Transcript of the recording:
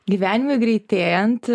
gyvenime greitėjant